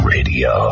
Radio